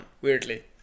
weirdly